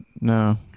no